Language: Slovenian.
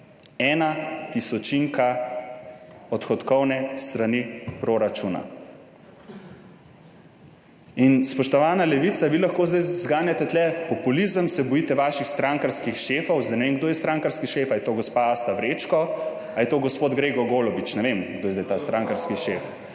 ena tisočinka odhodkovne strani proračuna. Spoštovana Levica, vi lahko zdaj zganjate tu populizem, se bojite vaših strankarskih šefov, ne vem, kdo je strankarski šef, ali je to gospa Asta Vrečko ali je to gospod Gregor Golobič, ne vem, kdo je zdaj ta strankarski šef,